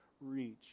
reach